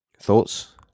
Thoughts